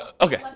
Okay